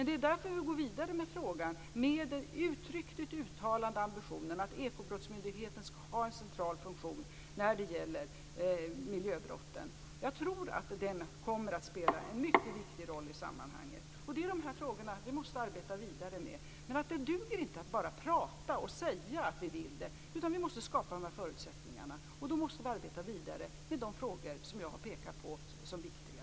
Det är därför vi går vidare med frågan, med den uttryckligt uttalade ambitionen att Ekobrottsmyndigheten skall ha en central funktion när det gäller miljöbrotten. Jag tror att den kommer att spela en mycket viktig roll i sammanhanget. Det är de här frågorna vi måste arbeta vidare med. Men det duger inte att bara prata och säga att vi vill det. Vi måste skapa dessa förutsättningar, och då måste vi arbeta vidare med de frågor som jag har pekat på som viktiga.